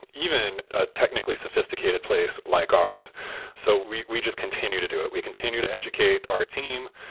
even a technically sophisticated place like ours so we we just continue to do it. we continue to educate our team.